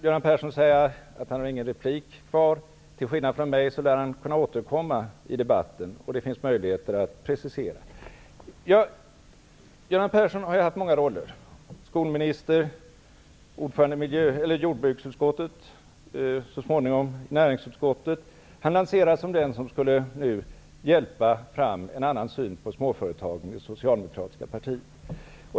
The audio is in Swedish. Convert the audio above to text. Göran Persson har ingen replik kvar, men till skillnad från mig lär han kunna återkomma i debatten, så han har möjlighet att precisera sig. Göran Persson har haft många roller: skolminister, ordförande i jordbruksutskottet och så småningom ledamot i näringsutskottet. Han lanseras nu som den som skall bidra till en annan syn på småföretagen inom det socialdemokratiska partiet.